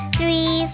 Three